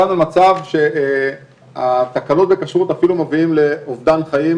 הגענו למצב שהתקנות בכשרות אפילו מביאות לאובדן חיים,